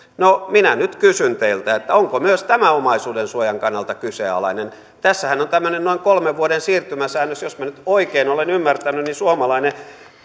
no minä nyt kysyn teiltä onko myös tämä omaisuudensuojan kannalta kyseenalainen tässähän on tämmöinen noin kolmen vuoden siirtymäsäännös jos minä nyt oikein olen ymmärtänyt niin suomalainen